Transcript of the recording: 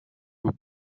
vous